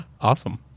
awesome